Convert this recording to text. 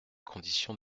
conditions